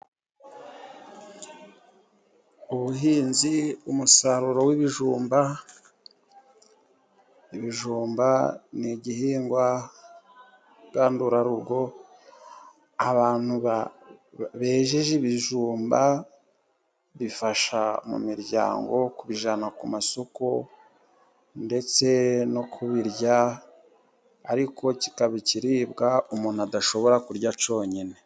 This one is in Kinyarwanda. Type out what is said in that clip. Ubuhinzi, umusaruro w'ibijumba. Ibijumba ni igihingwa ngandurarugo. Abantu bejeje ibijumba, bifasha mu miryango kubijyana ku masoko ndetse no kubirya, ariko kikaba ikiribwa umuntu adashobora kurya cyonyine.